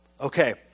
Okay